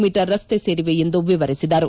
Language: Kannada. ಮೀ ರಸ್ತೆ ಸೇರಿವೆ ಎಂದು ವಿವರಿಸಿದರು